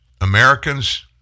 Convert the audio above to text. Americans